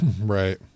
right